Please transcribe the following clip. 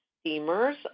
steamers